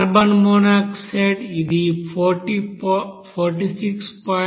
carbon monoxide ఇది 46